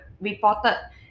reported